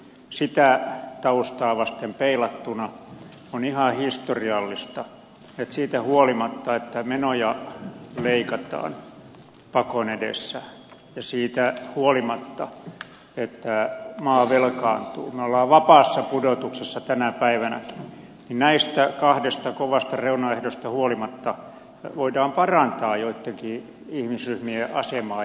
sitä taustaa vasten peilattuna on ihan historiallista että siitä huolimatta että menoja leikataan pakon edessä ja siitä huolimatta että maa velkaantuu me olemme vapaassa pudotuksessa tänä päivänä näistä kahdesta kovasta reunaehdosta huolimatta voidaan parantaa joidenkin ihmisryh mien asemaa